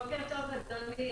בוקר טוב, אדוני.